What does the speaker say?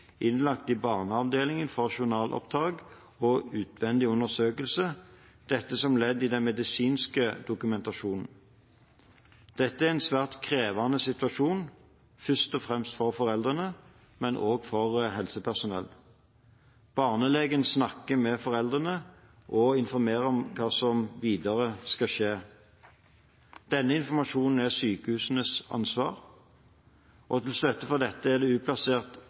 innlagt på barneavdelingen for journalopptak og utvendig undersøkelse – dette som ledd i den medisinske dokumentasjonen. Dette er en svært krevende situasjon, først og fremst for foreldrene, men også for helsepersonell. Barnelegen snakker med foreldrene og informerer om hva som videre skal skje. Denne informasjonen er sykehusenes ansvar. Til støtte for dette er det